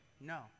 No